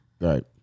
Right